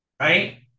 Right